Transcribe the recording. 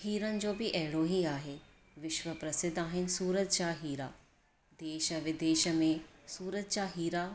हीरनि जो बि अहिड़ो ही आहे विश्व प्रसिद्ध आहिनि सूरत जा हीरा देश विदेश में सूरत जा हीरा